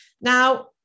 Now